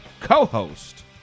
co-host